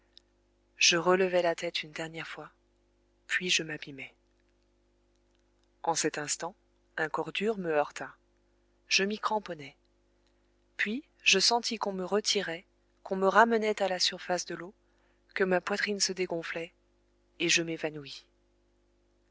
je relevai la tête une dernière fois puis je m'abîmai en cet instant un corps dur me heurta je m'y cramponnai puis je sentis qu'on me retirait qu'on me ramenait à la surface de l'eau que ma poitrine se dégonflait et je m'évanouis